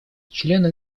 члены